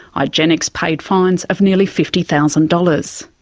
igenex paid fines of nearly fifty thousand dollars.